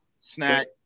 snack